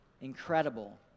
Incredible